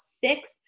six